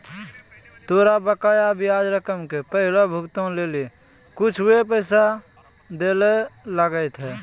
तोरा बकाया ब्याज रकम के पहिलो भुगतान लेली कुछुए पैसा दैयल लगथा